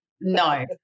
No